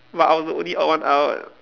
but I was the only odd one out